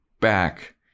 back